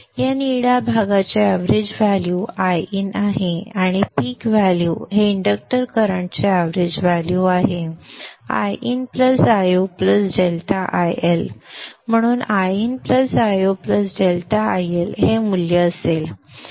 या निळ्या भागाचे एवरेज व्हॅल्यू Iin आहे आणि पीक व्हॅल्यू हे इंडक्टर करंटचे एवरेज व्हॅल्यू आहे Iin Io ∆ IL म्हणून Iin Io ∆IL हे मूल्य असेल